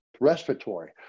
respiratory